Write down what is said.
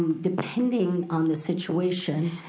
depending on the situation,